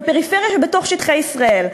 בפריפריה שבתוך שטחי ישראל?